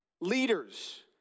leaders